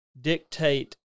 dictate